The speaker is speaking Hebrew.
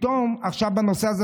פתאום עכשיו בנושא הזה,